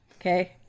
okay